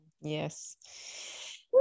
yes